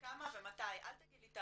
כמה ומתי, אל תגיד לי תהליכים,